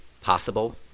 possible